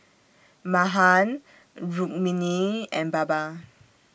Mahan Rukmini and Baba